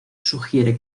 sugiere